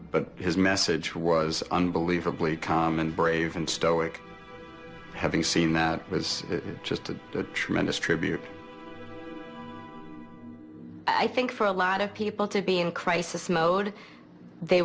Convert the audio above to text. but his message was unbelievably come and brave and stoic having seen that was just a tremendous tribute i think for a lot of people to be in crisis mode they